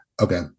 Okay